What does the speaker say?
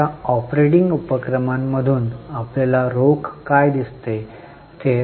आता ऑपरेटिंग उपक्रमांमधून आपल्याला रोख काय दिसते